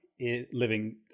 living